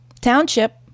Township